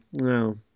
No